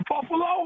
Buffalo